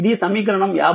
ఇది సమీకరణం 51